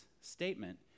statement